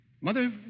Mother